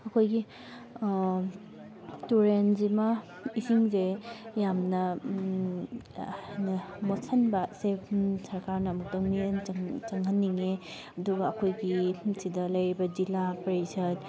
ꯑꯩꯈꯣꯏꯒꯤ ꯇꯨꯔꯦꯟꯁꯤꯃ ꯏꯁꯤꯡꯁꯦ ꯌꯥꯝꯅ ꯃꯣꯠꯁꯟꯕꯁꯦ ꯁꯔꯀꯥꯔꯅ ꯑꯃꯨꯛꯇꯪ ꯃꯤꯠꯌꯦꯡ ꯆꯪꯍꯟꯅꯤꯡꯉꯤ ꯑꯗꯨꯒ ꯑꯩꯈꯣꯏꯒꯤ ꯁꯤꯗ ꯂꯩꯔꯤꯕ ꯖꯤꯜꯂꯥ ꯄꯔꯤꯁꯠ